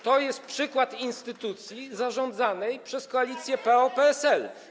To jest przykład instytucji zarządzanej przez koalicję PO-PSL.